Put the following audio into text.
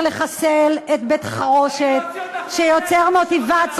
כדאי שתבחנו את עצמכם לאן הגעתם, תודה רבה.